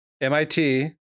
MIT